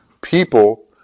people